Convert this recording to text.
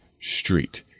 Street